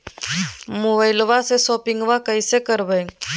मोबाइलबा से शोपिंग्बा कैसे करबै?